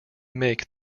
make